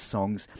Songs